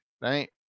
right